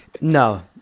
no